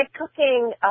cooking